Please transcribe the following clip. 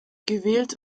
gewählt